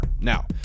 Now